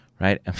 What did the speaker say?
Right